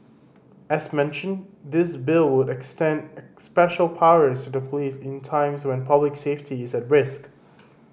as mentioned this Bill would extend special powers to the police in times when public safety is at risk